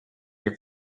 your